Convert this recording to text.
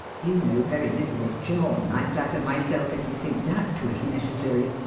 you know very little of john, i flatter myself, if you think that was necessary.